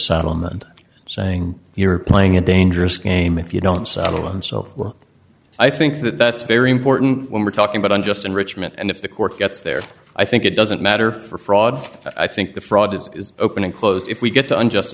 settlement saying you're playing a dangerous game if you don't settle and so i think that that's very important when we're talking about unjust enrichment and if the court gets there i think it doesn't matter for fraud i think the fraud is open and close if we get to unjust